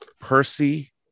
Percy